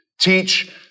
teach